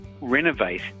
renovate